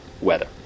weather